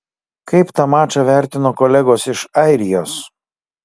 kaip tą mačą vertino kolegos iš airijos